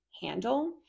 handle